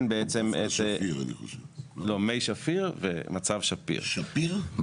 המצב המשפטי הקיים יכול שר הפנים להפעיל את הסמכות